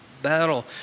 battle